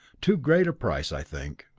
too great a price, i think.